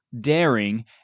daring